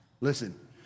Listen